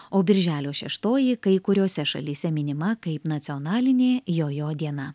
o birželio šeštoji kai kuriose šalyse minima kaip nacionalinė jojo diena